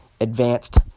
advanced